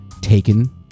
taken